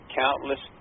countless